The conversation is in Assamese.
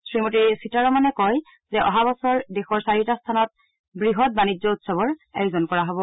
শ্ৰীমতী সীতাৰমনে কয় যে অহা বছৰ দেশৰ চাৰিটা স্থানত বৃহৎ বাণিজ্য উৎসৱৰ আয়োজন কৰা হব